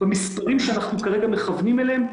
במספרים שאנחנו כרגע מכוונים אליהם,